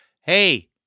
Hey